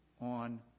on